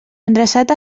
endreçat